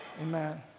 Amen